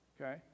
okay